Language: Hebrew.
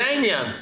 זה העניין.